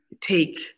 take